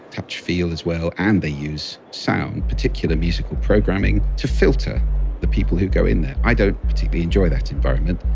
touch, feel as well, and they use sound, particular musical programming to filter the people who go in there. i don't particularly enjoy that environment.